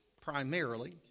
primarily